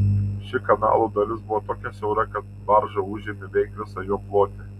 ši kanalo dalis buvo tokia siaura kad barža užėmė beveik visą jo plotį